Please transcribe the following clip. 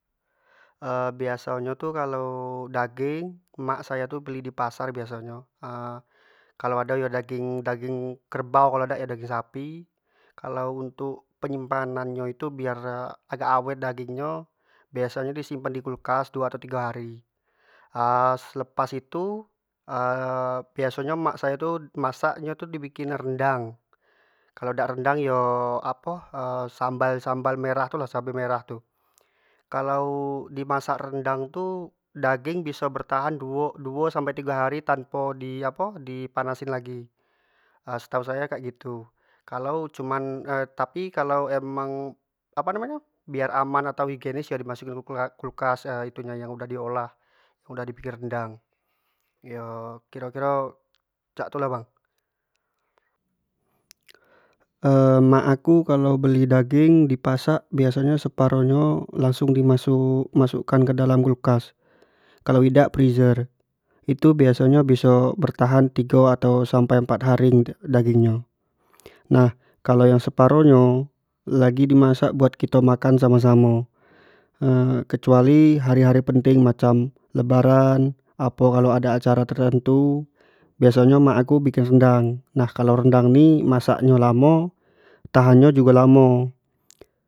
biaso nyo tu kalau daging tu emak sayo tu beli di pasar biaso nyo, kalau ado daging-daging kerbau kalau idak yo daging sapi, kalau untuk penyimpanan yo tu biaso nyo agak awet daging nyo biaso nyo di simpan di kulkas, duo atau tigo hari selepas itu biaso nyo emak sayo tu masak nyo tu di bikin rendang kalau dak rendang yo apo yo sambal-sambal merah tu lah cabe merah tu, kalau di masak rendang tu daging biso bertahan duo-duo sampai tigo hari tanpo di apo di panasin lagi setau sayo kayak gitu, kalau cuman tapi kalau emang apo namo nyo biar aman atau hygienis yo masuk kan kulkas itu nyo daging nyo yang udah di olah uda di bukin rendang kiro-kiro cak itu lah bang. mak aku kalau beli daging dinpasar biaso nyo tu separoh nyo langsung di masuk-masuk kan ke dalam kulkas, kalau idak freezer itu biaso nyo biso bertahan tigo sampai empat hari untuk daging nyo nah kalo yang separoh nyo, lagi dimasak buat kito makan samo-samo kecuali hari-hari penting macam lebaran apo kalau ado acara tertentu biaso nyo emak aku bikin rendang, nah kalau rendang ni masak nyo lamo tahan nyo jugo lamo.